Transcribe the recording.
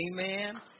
amen